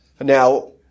Now